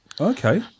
Okay